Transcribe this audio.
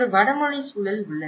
ஒரு வடமொழி சூழல் உள்ளது